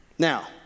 Now